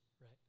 right